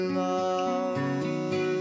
love